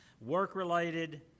Work-related